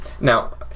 Now